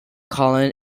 callan